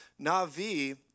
Navi